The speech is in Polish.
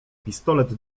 pistolet